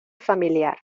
familiar